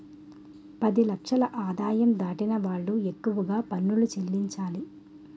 పది లక్షల ఆదాయం దాటిన వాళ్లు ఎక్కువగా పనులు చెల్లించాలి